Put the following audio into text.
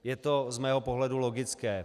Je to z mého pohledu logické.